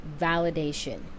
validation